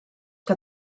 que